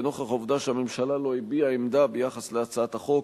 ונוכח העובדה שהממשלה לא הביעה עמדה ביחס להצעת החוק,